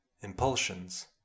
impulsions